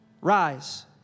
rise